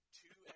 two